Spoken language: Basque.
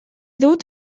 dut